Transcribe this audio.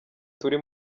turi